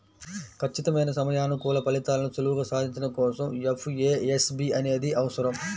ఖచ్చితమైన సమయానుకూల ఫలితాలను సులువుగా సాధించడం కోసం ఎఫ్ఏఎస్బి అనేది అవసరం